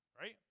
right